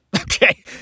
Okay